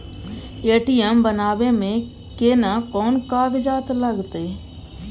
ATM बनाबै मे केना कोन कागजात लागतै?